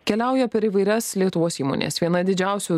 keliauja per įvairias lietuvos įmonės viena didžiausių